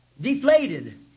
deflated